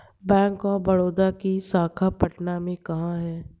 Bank of Baroda की शाखा पटना में कहाँ है?